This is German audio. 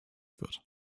wird